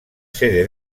sede